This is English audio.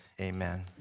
amen